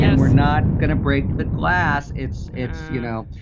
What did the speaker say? and we're not going to break the glass. it's it's, you know.